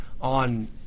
on